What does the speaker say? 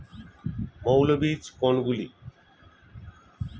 মৌল বীজ কোনগুলি?